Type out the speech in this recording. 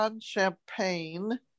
champagne